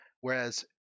whereas